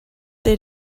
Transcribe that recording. they